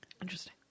Interesting